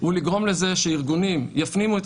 הוא לגרום לזה שארגונים יפנימו את